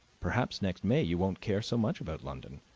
perhaps next may you won't care so much about london.